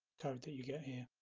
code that you get here